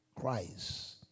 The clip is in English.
Christ